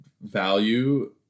value